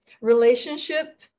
Relationship